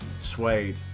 Suede